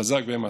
חזק ואמץ.